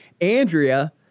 Andrea